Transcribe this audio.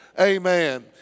Amen